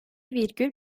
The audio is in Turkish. virgül